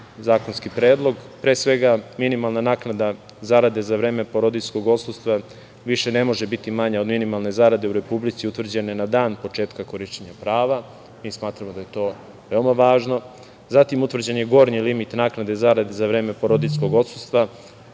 zakonski predlog. Pre svega, minimalna naknada zarade za vreme porodiljskog odsustva više ne može biti manja od minimalne zarade u Republici utvrđene na dan početka korišćenja prava. Mi smatramo da je to veoma važno. Zatim, utvrđen je gornji limit naknade zarade za vreme porodiljskog odsustva,